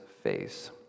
face